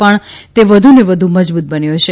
પણ તે વધુને વધુ મજબૂત બન્યો છે